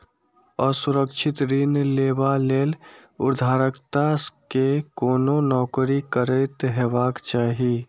असुरक्षित ऋण लेबा लेल उधारकर्ता कें कोनो नौकरी करैत हेबाक चाही